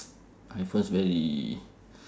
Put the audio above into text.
iphones very